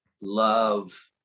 love